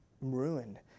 ruined